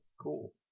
Cool